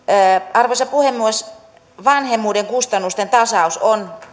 arvoisa puhemies vanhemmuuden kustannusten tasaus on